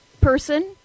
person